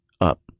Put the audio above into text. up